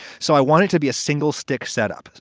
so i wanted to be a single stick setup.